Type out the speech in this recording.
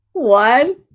One